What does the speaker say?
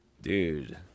Dude